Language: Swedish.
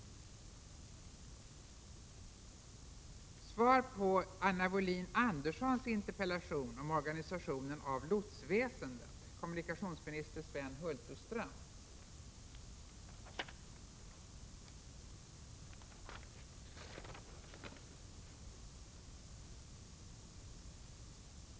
j lotsväsendet